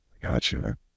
Gotcha